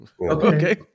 Okay